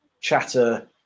chatter